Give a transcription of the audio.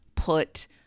put